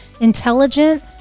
intelligent